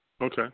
Okay